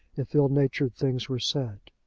if ill-natured things were said.